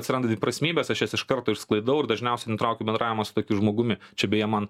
atsiranda dviprasmybės aš jas iš karto išsklaidau ir dažniausiai nutraukiu bendravimą su tokiu žmogumi čia beje man